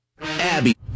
Abby